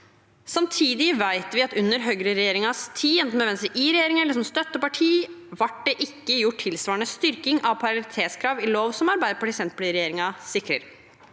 Samtidig vet vi at under høyreregjeringens tid, med Venstre i regjering eller som støtteparti, ble det ikke gjort noen tilsvarende styrking av parallellitetskrav i lov som den Arbeiderparti–Senterparti-regjeringen nå sikrer.